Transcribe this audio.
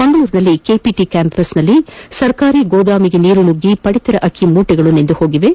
ಮಂಗಳೂರಿನಲ್ಲಿ ಕೆಪಿಟಿ ಕ್ಯಾಪಂಸ್ನಲ್ಲಿ ಸರ್ಕಾರಿ ಗೋದಾಮಿಗೆ ನೀರು ನುಗ್ಗಿ ಪಡಿತರ ಅಕ್ಕಿ ಮೂಟೆಗಳು ನೆಂದುಹೋಗಿವೆ